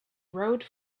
rode